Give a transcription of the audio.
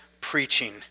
preaching